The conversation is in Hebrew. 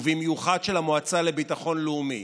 ובמיוחד של המועצה לביטחון לאומי,